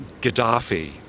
Gaddafi